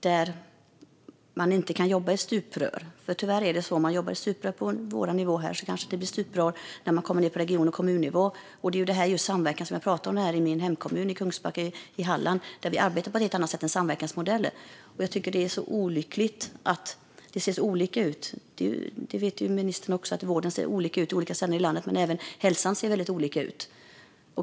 Man kan inte jobba i stuprör. Om man jobbar i stuprör på vår nivå kanske det blir stuprör även när man kommer ned på region och kommunnivå. Det handlar just om samverkan, som vi har pratat om när det gäller min hemkommun, Kungsbacka i Halland. Där arbetar vi på ett helt annat sätt med samverkansmodeller. Jag tycker att det är olyckligt att det ser så olika ut. Ministern vet också att vården ser olika ut på olika ställen i landet. Men även hälsan ser väldigt olika ut.